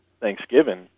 Thanksgiving